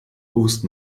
bewusst